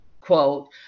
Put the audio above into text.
quote